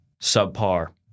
subpar